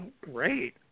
Great